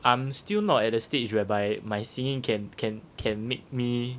I'm still not at the stage whereby my singing can can can make me